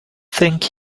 think